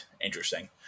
interesting